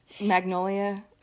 Magnolia